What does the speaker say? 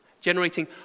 Generating